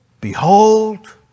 Behold